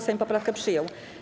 Sejm poprawkę przyjął.